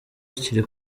bakiri